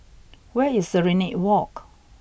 where is Serenade Walk